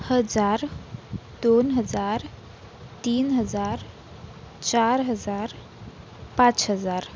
हजार दोन हजार तीन हजार चार हजार पाच हजार